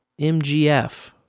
MGF